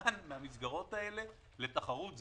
קטן מן המסגרות הללו לתחרות.